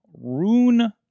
Rune